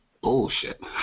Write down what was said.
bullshit